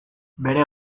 bere